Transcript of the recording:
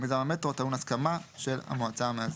מיזם המטרו טעון הסכמה של המועצה המאסדרת.